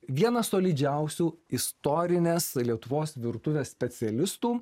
vieną solidžiausių istorinės lietuvos virtuvės specialistų